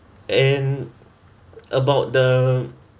and about the